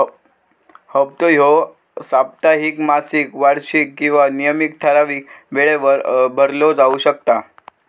हप्तो ह्यो साप्ताहिक, मासिक, वार्षिक किंवा नियमित ठरावीक वेळेवर भरलो जाउ शकता